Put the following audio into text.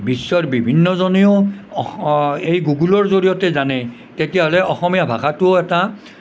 বিশ্বৰ বিভিন্নজনেও এই গুগুলৰ জৰিয়তে জানে তেতিয়াহ'লে অসমীয়া ভাষাটো এটা